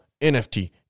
NFT